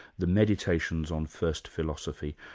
the meditations on first philosophy,